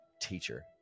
teacher